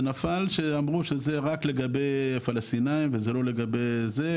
זה נפל שאמרו שזה רק לגבי פלסטינאים וזה לא לגבי זה,